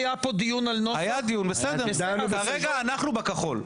כרגע אנחנו בכחול.